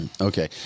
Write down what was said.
okay